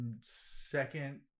second